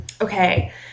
Okay